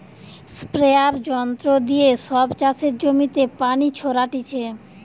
স্প্রেযাঁর যন্ত্র দিয়ে সব চাষের জমিতে পানি ছোরাটিছে